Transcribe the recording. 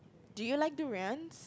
do you like durians